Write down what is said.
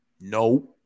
No